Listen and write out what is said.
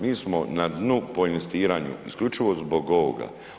Mi smo na dnu po investiranju isključivo zbog ovoga.